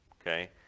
Okay